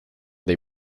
they